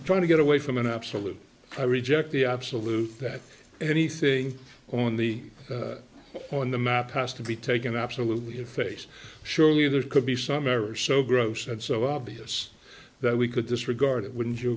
i'm trying to get away from an absolute i reject the absolute that anything on the on the map has to be taken absolutely to face surely there could be some errors so gross and so obvious that we could disregard it wouldn't you